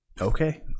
Okay